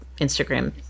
Instagram